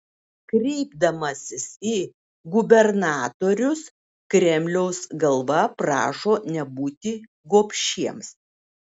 kreipdamasis į gubernatorius kremliaus galva prašo nebūti gobšiems